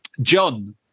John